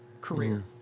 career